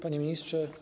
Panie Ministrze!